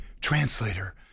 translator